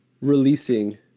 releasing